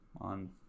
on